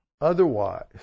otherwise